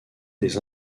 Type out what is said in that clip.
des